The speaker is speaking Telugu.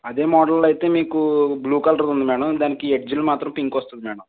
అదే మోడల్లో అయితే మీకు బ్లూ కలర్ ఉంది మ్యాడం దానికి ఎడ్జులు మాత్రం పింక్ వస్తుంది మ్యాడం